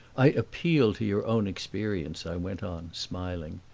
i appeal to your own experience, i went on, smiling.